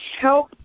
help